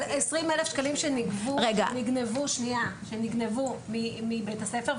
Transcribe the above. על עשרים אלף ש"ח שנגנבו מבית הספר.